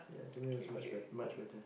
yeah to me it was much bet~ much better